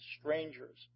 strangers